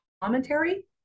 commentary